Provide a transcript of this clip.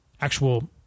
actual